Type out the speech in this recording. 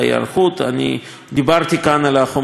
אני דיברתי כאן על החומרים המסוכנים.